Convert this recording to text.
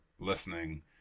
listening